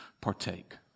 partake